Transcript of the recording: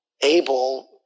Abel